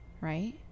right